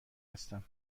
هستم